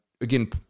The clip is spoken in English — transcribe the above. again